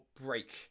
break